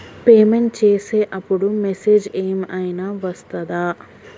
Payment చేసే అప్పుడు message ఏం ఐనా వస్తదా?